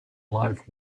life